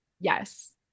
Yes